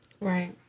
Right